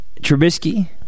Trubisky